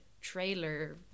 trailer